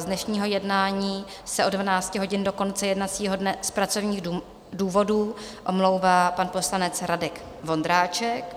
Z dnešního jednání se od 12 hodin do konce jednacího dne z pracovních důvodů omlouvá pan poslanec Radek Vondráček